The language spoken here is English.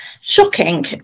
shocking